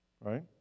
Right